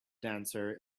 dancer